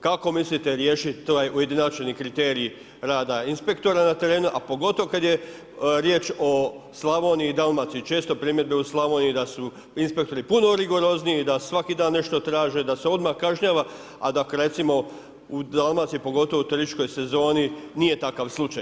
Kako mislite riješit taj ujedinačeni kriterij rada inspektora na terenu, a pogotovo kad je riječ o Slavoniji i Dalmaciji, često primjedbe u Slavoniji da su inspektori puno rigorozniji i da svaki dan nešto traže, da se odmah kažnjava, a da recimo u Dalmaciji pogotovo u turističkoj sezoni nije takav slučaj.